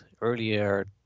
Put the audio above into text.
earlier